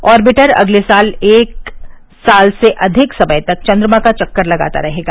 orbiter अगले एक साल से अधिक समय तक चन्द्रमा का चक्कर लगाता रहेगा